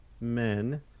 men